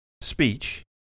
speech